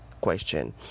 question